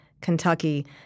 Kentucky